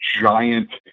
giant